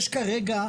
יש כרגע,